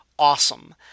awesome